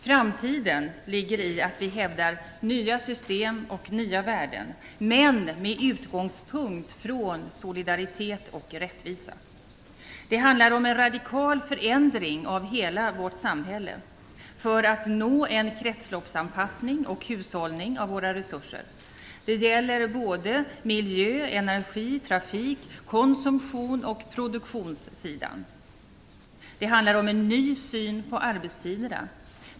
Framtiden ligger i att vi hävdar nya system och nya värden med utgångspunkt i solidaritet och rättvisa. Det handlar om en radikal förändring av hela vårt samhälle för att nå en kretsloppsanpassning och hushållning med våra resurser. Det gäller miljö-, energi-, trafik-, konsumtions och produktionssidan. Det handlar om en ny syn på arbetstiderna.